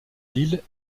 lille